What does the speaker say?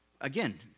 again